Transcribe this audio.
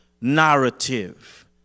narrative